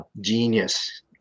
genius